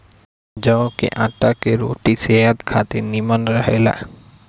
जव के आटा के रोटी सेहत खातिर निमन रहेला